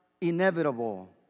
inevitable